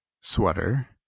sweater